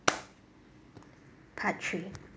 part three